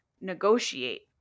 negotiate